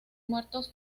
muertos